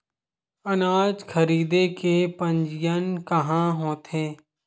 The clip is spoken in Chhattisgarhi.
अनाज खरीदे के पंजीयन कहां होथे?